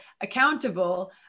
accountable